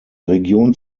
region